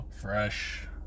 fresh